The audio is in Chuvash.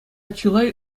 чылай